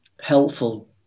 helpful